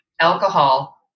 alcohol